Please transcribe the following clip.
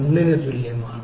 61 ന് തുല്യമാണ്